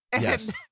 Yes